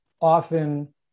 often